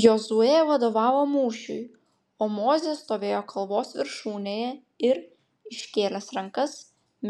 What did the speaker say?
jozuė vadovavo mūšiui o mozė stovėjo kalvos viršūnėje ir iškėlęs rankas